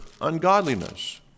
ungodliness